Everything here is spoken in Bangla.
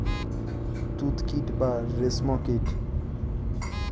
তুত কীট বা রেশ্ম কীট